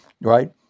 right